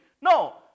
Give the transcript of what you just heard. No